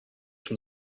from